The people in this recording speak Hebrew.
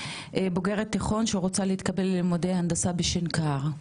בוגרת תיכון שרוצה להתקבל ללימודי הנדסה בשנקר.